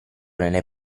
nelle